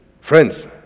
Friends